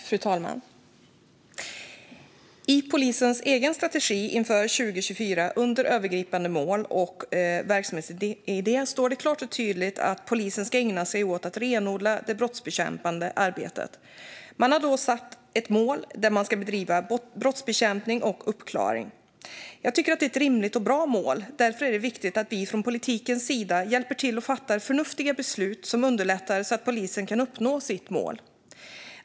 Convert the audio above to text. Fru talman! I polisen egen strategi inför 2024 under rubriken om övergripande mål och verksamhetsidé står det klart och tydligt att polisen ska ägna sig åt att renodla det brottsbekämpande arbetet. Man har satt ett mål där man ska bedriva brottsbekämpning och uppklaring. Jag tycker att det är ett rimligt och bra mål. Därför är det viktigt att vi från politikens sida hjälper till och fattar förnuftiga beslut som underlättar så att polisen kan uppnå sitt mål.